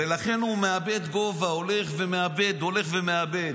ולכן הוא מאבד גובה, הולך ומאבד, הולך ומאבד.